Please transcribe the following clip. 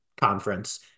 conference